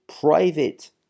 private